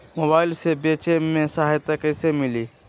Mobile से बेचे में सहायता कईसे मिली?